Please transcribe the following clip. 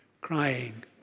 crying